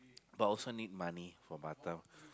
but also need money for Batam